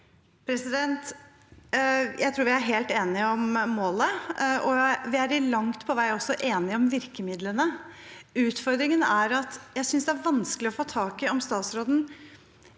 Jeg tror vi er helt enige om målet, og vi er langt på vei også enige om virkemidlene. Utfordringen er at jeg synes det er vanskelig å få tak i om statsråden